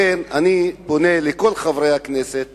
לכן אני פונה אל כל חברי הכנסת